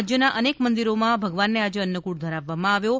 રાજ્યોના અનેક મંદિરોમાં ભગવાનને આજે અન્નફૂટ ધરાવવામાં આવ્યો હતો